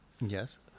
Yes